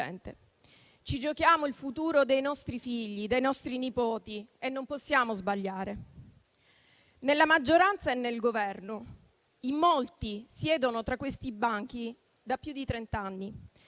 Ci giochiamo il futuro dei nostri figli e dei nostri nipoti, e non possiamo sbagliare. Nella maggioranza e nel Governo in molti siedono tra questi banchi da più di trent'anni.